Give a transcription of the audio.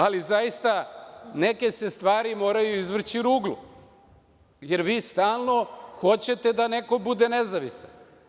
Ali, zaista, neke se stvari moraju izvrći ruglu, jer vi stalno hoćete da neko bude nezavisan.